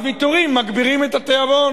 הוויתורים מגבירים את התיאבון,